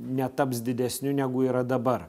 netaps didesniu negu yra dabar